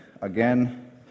again